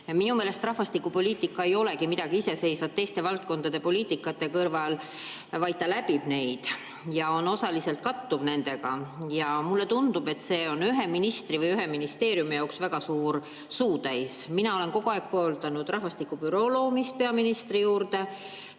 Minu meelest rahvastikupoliitika ei olegi midagi iseseisvat teiste valdkondade poliitikate kõrval, vaid ta läbib neid ja osaliselt kattub nendega. Ja mulle tundub, et see on ühe ministri või ühe ministeeriumi jaoks väga suur suutäis. Mina olen kogu aeg pooldanud peaministri juurde